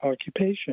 occupation